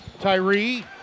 Tyree